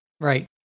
right